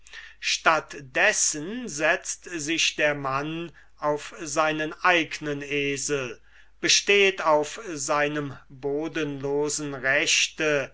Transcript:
statt dessen setzt sich der mann auf seinen eignen esel besteht auf seinem bodenlosen recht